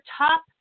top